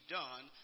done